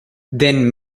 then